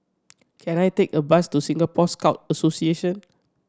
can I take a bus to Singapore Scout Association